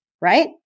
Right